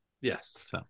Yes